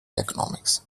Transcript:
economics